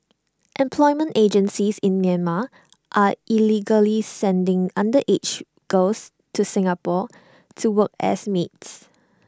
employment agencies in Myanmar are illegally sending underage girls to Singapore to work as maids